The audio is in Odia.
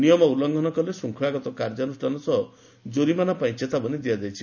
ନିୟମ ଉଲୁଘନ କଲେ ଶୃଙ୍ଖଳାଗତ କାର୍ଯ୍ୟାନୁଷ୍ଠାନ ସହ ଜରିମାନା ପାଇଁ ଚେତାବନୀ ଦିଆଯାଇଛି